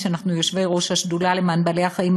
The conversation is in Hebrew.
אנחנו יושבי-ראש השדולה למען בעלי-החיים,